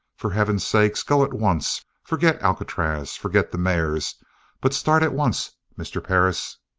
for heaven's sake, go at once! forget alcatraz forget the mares but start at once, mr. perris!